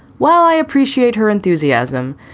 well, i appreciate her enthusiasm.